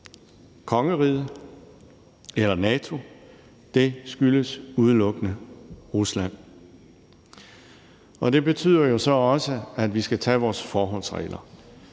kongeriget eller NATO, men udelukkende Rusland. Det betyder så også, at vi skal tage vores forholdsregler,